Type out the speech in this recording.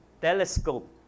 telescope